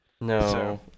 No